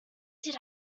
did